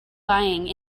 lying